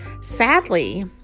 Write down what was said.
Sadly